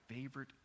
favorite